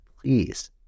please